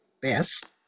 best